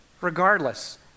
Regardless